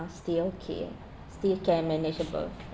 ah still okay ah still can manageable